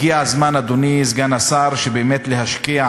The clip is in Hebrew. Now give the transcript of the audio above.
הגיע הזמן, אדוני סגן השר, באמת להשקיע